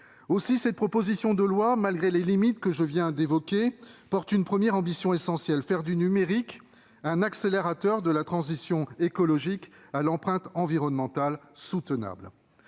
Cette proposition de loi, malgré les limites que je viens d'évoquer, affiche donc une première ambition essentielle : faire du numérique un accélérateur de la transition écologique à l'empreinte environnementale soutenable.